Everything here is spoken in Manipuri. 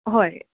ꯍꯣꯏ